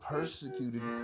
Persecuted